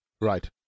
Right